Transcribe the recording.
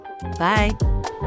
Bye